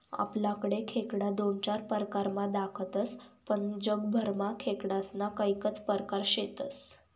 आपलाकडे खेकडा दोन चार परकारमा दखातस पण जगभरमा खेकडास्ना कैकज परकार शेतस